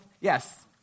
Yes